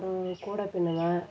அப்புறம் கூடை பின்னுவேன்